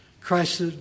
Christ